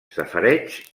safareigs